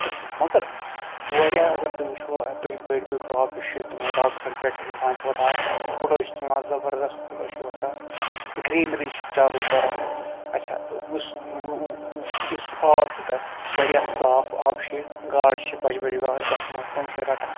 تیُتھ مگر واریاہ اَگر تُہۍ وٕچھُو اَپٲرۍ بٔڑۍ بٔڑۍ چھِ تِمَن راکسَن پٮ۪ٹھ اِنسان چھِ وۄتھان فوٹو چھِ تُلان زبردَس فوٹو چھِ وۄتھان گرٛیٖنری چھِ چاروں طرف اچھا یُس یُس آب چھِ تَتھ واریاہ صاف آب چھِ گاڈ چھِ بَجہٕ بَجہٕ گاڈٕ تَتھ منٛز تِم چھِ رَٹان